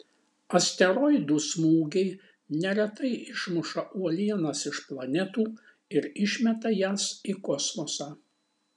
asteroidų smūgiai neretai išmuša uolienas iš planetų ir išmeta jas į kosmosą